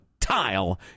tile